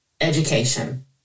education